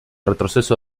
retroceso